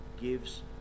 gives